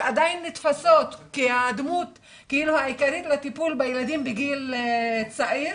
שעדיין נתפסות כדמות העיקרית לטיפול בילדים בגיל צעיר.